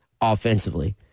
offensively